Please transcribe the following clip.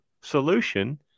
solution